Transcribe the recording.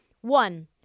One